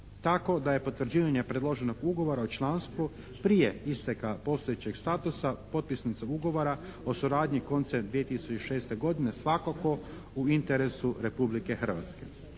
Tako da je potvrđivanje predloženog ugovora o članstvu prije isteka postojećeg statusa potpisnica ugovora o suradnji koncem 2006. godine svakako u interesu Republike Hrvatske.